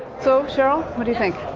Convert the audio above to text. so cheryl, what do you think?